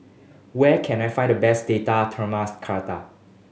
where can I find the best Date Tamarind Chutney